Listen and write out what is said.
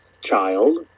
child